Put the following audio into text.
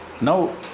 now